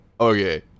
okay